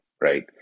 right